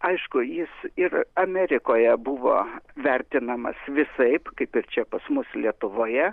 aišku jis ir amerikoje buvo vertinamas visaip kaip ir čia pas mus lietuvoje